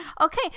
Okay